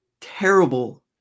terrible